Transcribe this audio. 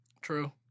True